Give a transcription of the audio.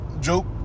joke